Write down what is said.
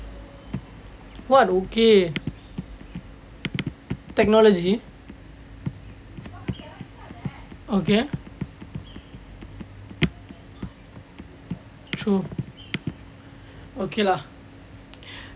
what okay technology okay true okay lah